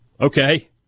Okay